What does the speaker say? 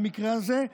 במקרה הזה,